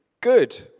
good